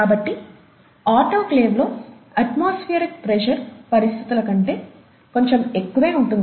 కాబట్టి ఆటోక్లేవ్ లో atmospheric pressure పరిస్థితుల కంటే కొంచెం ఎక్కువే ఉంటుంది